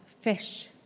fish